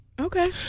Okay